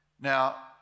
Now